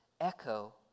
echo